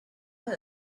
herd